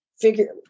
figure